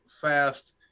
fast